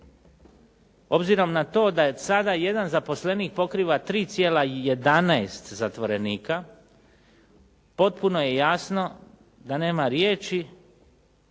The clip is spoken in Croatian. Obzirom na to da sada jedan zaposlenik pokriva 3,11 zatvorenika potpuno je jasno da nema riječi